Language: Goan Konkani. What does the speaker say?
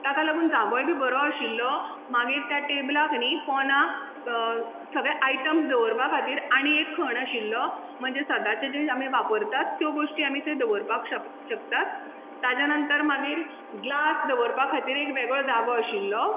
ताका लागून जागोय बी बरो आशिल्लो मागीर त्या टेबलाक न्ही पोंदाक सगळे आयटम्स दवरपा खातीर आनी एक खण आशिल्लो म्हणजे सदांचें जें आमी वापरतात त्यो गोश्टी आमी थंय दवरपाक शक शकतात ताज्या नंतर मागीर ग्लास दवरपा खातीर एक वेगळो जागो आशिल्लो